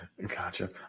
Gotcha